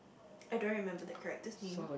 I don't remember the character's name